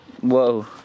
Whoa